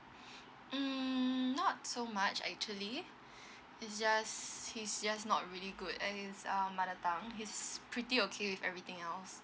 mm so much actually is just he's just not really good at his uh mother tongue he's pretty okay with everything else